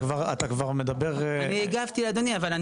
ההגדרה שונה.